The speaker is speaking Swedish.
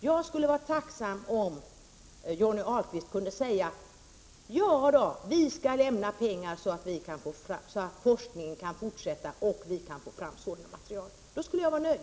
Jag skulle vara tacksam om Johnny Ahlqvist kunde säga: Ja, vi skall lämna pengar, så att forskningen kan fortsätta och vi kan få fram sådana material. Då skulle jag vara nöjd.